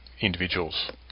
individuals